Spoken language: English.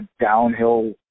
downhill